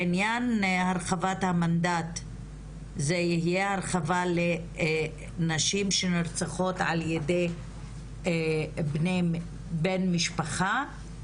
בעניין הרחבת המנדט זה יהיה הרחבה לנשים שנרצחות על-ידי בן משפחה?